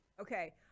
Okay